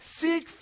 Seek